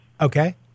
Okay